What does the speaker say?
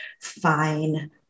fine